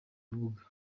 rubuga